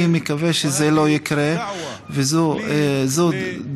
אני מקווה שזה לא יקרה, וזו דרישה